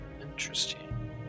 Interesting